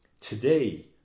today